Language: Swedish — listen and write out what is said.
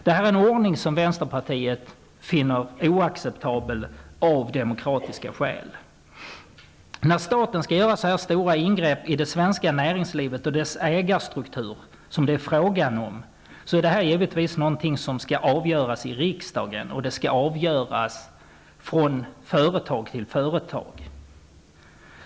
En sådan ordning anser vi i vänsterpartiet är oacceptabel av demokratiska skäl. När staten skall göra så stora ingrepp i det svenska näringslivet och dess ägarstruktur som det här är fråga om måste avgörandet givetvis ske i riksdagen. Dessutom skall man vid avgörandet ta företag för företag.